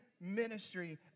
ministry